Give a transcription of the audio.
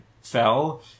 fell